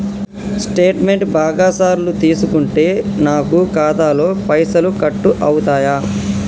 Statement బాగా సార్లు తీసుకుంటే నాకు ఖాతాలో పైసలు కట్ అవుతయా?